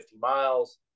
miles